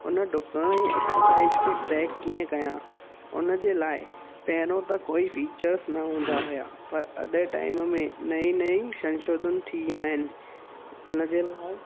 उन डुकण जी एक्सरसाइज़ खे ट्रैक कीअं कयां उनजे लाइ पहिरों त कोई फीचर्स न हूंदा हुया पर अॼु जे टाइम में नई नई शंशोधन थिया आहिनि उनजे लाइ